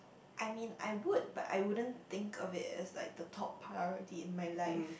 I mean I would but I wouldn't think of it as like the top priority in my life